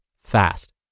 fast